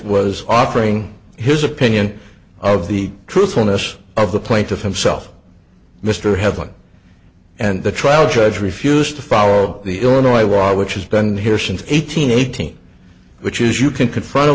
was offering his opinion of the truthfulness of the plaintiff himself mr headland and the trial judge refused to follow the illinois water which has been here since eighteen eighteen which is you can confront a